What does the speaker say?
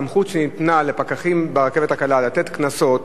הסמכות שניתנה לפקחים ברכבת הקלה לתת קנסות,